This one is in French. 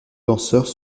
danseurs